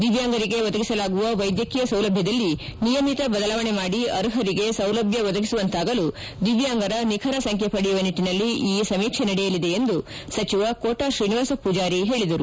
ದಿವ್ಯಾಂಗರಿಗೆ ಒದಗಿಸಲಾಗುವ ವೈದ್ಯಕೀಯ ಸೌಲಭ್ಯದಲ್ಲಿ ನಿಯಮಿತ ಬದಲಾವಣೆ ಮಾಡಿ ಅರ್ಹರಿಗೆ ಸೌಲಭ್ಯ ಒದಗಿಸುವಂತಾಗಲು ದಿವ್ಯಾಂಗರ ನಿಖರ ಸಂಖ್ಯೆ ಪಡೆಯುವ ನಿಟ್ಟನಲ್ಲಿ ಈ ಸರ್ವೆ ನಡೆಯಲಿದೆ ಎಂದು ಸಚಿವ ಕೋಟಾ ಶ್ರೀನಿವಾಸ ಪೂಜಾರಿ ಹೇಳಿದರು